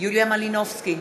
יוליה מלינובסקי,